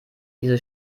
diese